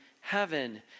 heaven